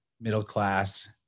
middle-class